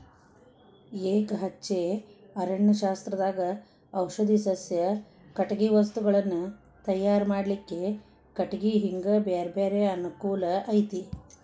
ಎಕಹಚ್ಚೆ ಅರಣ್ಯಶಾಸ್ತ್ರದಾಗ ಔಷಧಿ ಸಸ್ಯ, ಕಟಗಿ ವಸ್ತುಗಳನ್ನ ತಯಾರ್ ಮಾಡ್ಲಿಕ್ಕೆ ಕಟಿಗಿ ಹಿಂಗ ಬ್ಯಾರ್ಬ್ಯಾರೇ ಅನುಕೂಲ ಐತಿ